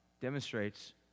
demonstrates